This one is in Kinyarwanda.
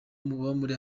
muri